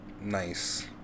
nice